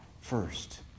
first